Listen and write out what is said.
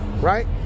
Right